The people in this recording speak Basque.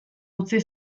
utzi